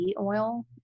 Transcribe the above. oil